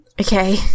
Okay